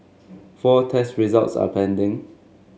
four test results are pending